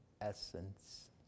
essence